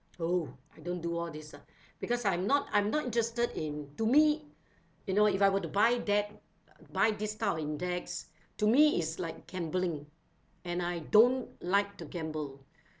oh I don't do all this ah because I'm not I'm not interested in to me you know if I were to buy that buy this type of index to me is like gambling and I don't like to gamble